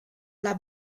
alla